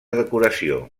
decoració